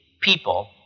people